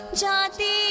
jati